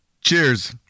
cheers